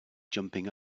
jumping